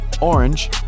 orange